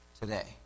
today